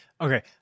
okay